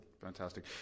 Fantastic